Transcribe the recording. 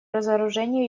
разоружению